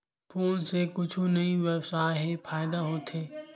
Phone से कुछु ई व्यवसाय हे फ़ायदा होथे?